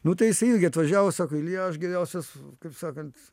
nu tai jisai irgi atvažiavo sako ilja aš geriausias kaip sakant